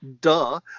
duh